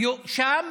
הוועדה הפרסונלית.